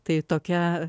tai tokia